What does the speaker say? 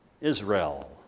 Israel